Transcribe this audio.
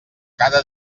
cada